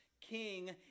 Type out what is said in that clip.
king